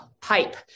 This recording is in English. pipe